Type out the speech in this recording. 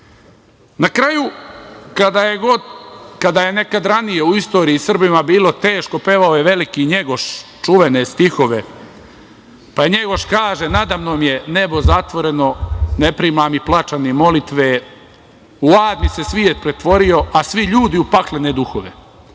kraju, kada je nekad ranije u istoriji Srbima bilo teško pevao je veliki Njegoš čuvene stihove, pa Njegoš kaže: „Nada mnom je nebo zatvoreno, ne primam ni plača ni molitve. U ad mi se svijet pretvorio, a svi ljudi u paklene duhove“.